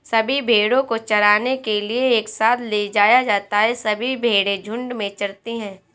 सभी भेड़ों को चराने के लिए एक साथ ले जाया जाता है सभी भेड़ें झुंड में चरती है